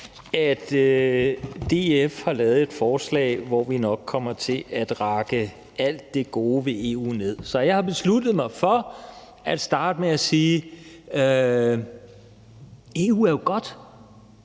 at DF har lavet et forslag, hvor vi nok kommer til at rakke alt det gode ved EU ned, så jeg har besluttet mig for at starte med at sige: EU er jo godt,